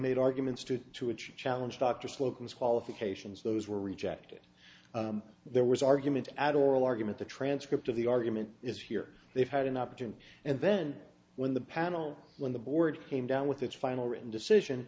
made arguments due to a challenge dr slocum's qualifications those were rejected there was argument out oral argument the transcript of the argument is here they've had an opportunity and then when the panel when the board came down with its final written decision